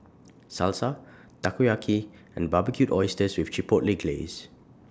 Salsa Takoyaki and Barbecued Oysters with Chipotle Glaze